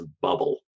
bubble